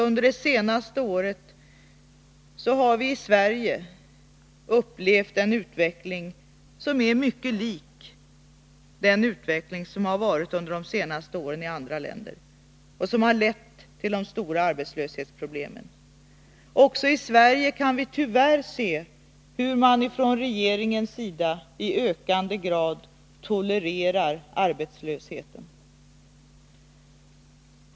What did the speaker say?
Under det senaste året har vi i Sverige upplevt en utveckling som är mycket lik den som har skett i andra länder och som har lett till mycket stora arbetslöshetsproblem. Också i Sverige kan vi se hur regeringen i ökande grad tolererar arbetslösheten.